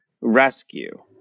rescue